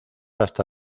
hasta